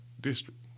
district